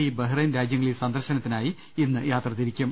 E Bahrain രാജ്യ ങ്ങളിൽ സന്ദർശനത്തിനായി ഇന്ന് യാത്രതിരിക്കും